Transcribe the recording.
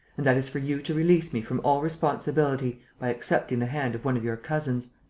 and that is for you to release me from all responsibility by accepting the hand of one of your cousins.